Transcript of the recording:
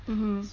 mmhmm